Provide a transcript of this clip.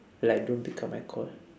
like don't pick up my call